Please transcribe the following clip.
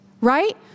right